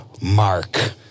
Mark